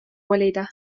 kolida